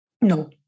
No